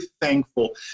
thankful